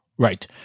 Right